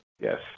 Yes